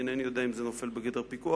אינני יודע אם זה נופל בגדר פיקוח,